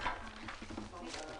בשעה